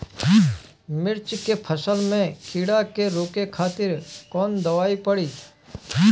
मिर्च के फसल में कीड़ा के रोके खातिर कौन दवाई पड़ी?